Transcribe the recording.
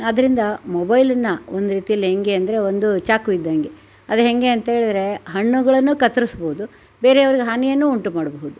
ಆದ್ದರಿಂದ ಮೊಬೈಲನ್ನ ಒಂದು ರೀತೀಲ್ಲಿ ಹೇಗೆ ಅಂದರೆ ಒಂದು ಚಾಕು ಇದ್ದಂಗೆ ಅದು ಹೇಗೆ ಅಂತ ಹೇಳಿದ್ರೆ ಹಣ್ಣುಗಳನ್ನೂ ಕತ್ತರಿಸ್ಬೋದು ಬೇರೆಯವ್ರಿಗೆ ಹಾನಿಯನ್ನೂ ಉಂಟು ಮಾಡಬಹ್ದು